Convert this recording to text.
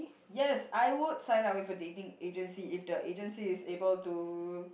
yes I would sign up with a dating agency if the agency is able to